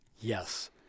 Yes